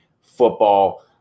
football